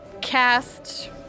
cast